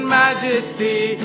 majesty